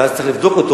ואז צריך לבדוק אותו,